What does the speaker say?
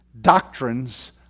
doctrines